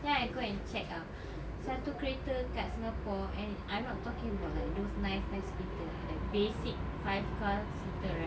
then I go and check ah satu kereta kat singapore and I'm not talking about like those nice vehicle eh like basic five car seater right